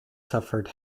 suffered